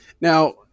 Now